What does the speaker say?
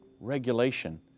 regulation